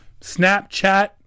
Snapchat